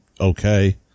okay